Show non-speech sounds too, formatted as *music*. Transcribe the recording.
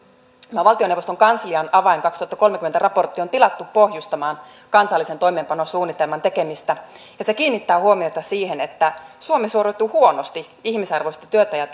tämä valtioneuvoston kanslian avain kaksituhattakolmekymmentä raportti on tilattu pohjustamaan kansallisen toimeenpanosuunnitelman tekemistä ja se kiinnittää huomiota siihen että suomi suoriutuu huonosti ihmisarvoisen työn ja *unintelligible*